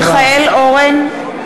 (קוראת בשמות חברי הכנסת) מיכאל אורן,